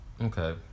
Okay